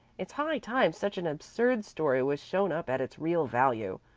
it's high time such an absurd story was shown up at its real value.